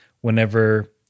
whenever